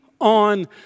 on